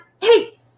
hey